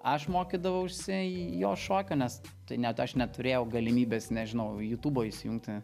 aš mokydavausi jo šokio nes tai net aš neturėjau galimybės nežinau jutubo įsijungti